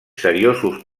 seriosos